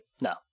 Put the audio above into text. No